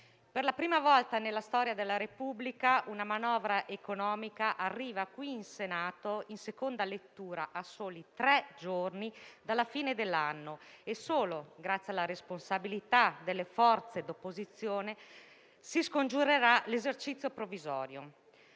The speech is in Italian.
per la prima volta nella storia della Repubblica una manovra economica arriva qui in Senato, in seconda lettura, a soli tre giorni dalla fine dell'anno e solo grazie alla responsabilità delle forze d'opposizione si scongiurerà l'esercizio provvisorio.